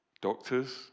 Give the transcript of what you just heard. Doctors